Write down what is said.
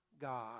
God